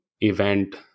event